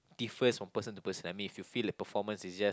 differs from person to person I mean you feel the performance is just